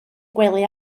gwely